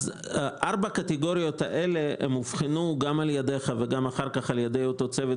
ארבע הקטגוריות האלו אובחנו גם על ידך וגם על ידי אותו צוות